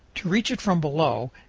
to reach it from below,